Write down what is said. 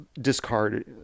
discard